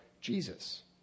Jesus